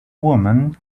woman